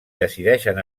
decideixen